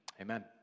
Amen